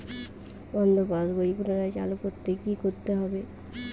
বন্ধ passbook পুনরায় চালু করতে কি করতে হবে?